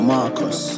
Marcus